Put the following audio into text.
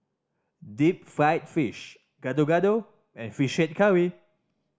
deep fried fish Gado Gado and Fish Head Curry